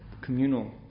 communal